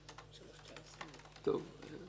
בן,